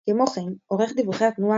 יומיות,